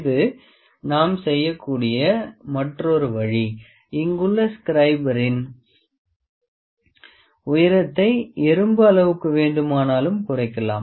இது நாம் செய்யக்கூடிய மற்றொரு வழி இங்குள்ள ஸ்க்ரைபின் உயரத்தை எறும்பு அளவுக்கு வேண்டுமானாலும் குறைக்கலாம்